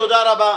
תודה רבה.